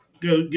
Go